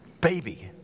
baby